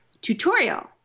tutorial